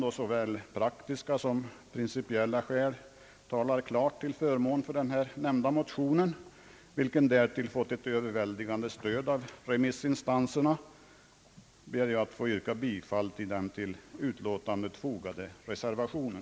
Då såväl praktiska som principiella skäl talar klart till förmån för den här ifrågavarande motionen, vilken därtill fått ett överväldigande stöd av remissinstanserna, ber jag att få yrka bifall till den vid utlåtandet fogade reservationen.